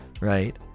right